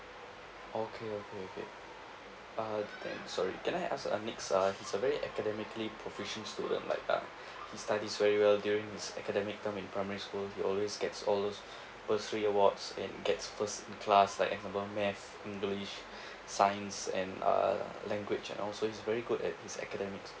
okay okay okay uh then sorry can I ask uh next uh he's a very academically proficient student like uh he studies very well during his academic time in primary school he always gets all those bursary awards and gets first in class like example math english science and uh language and also he's very good at his academics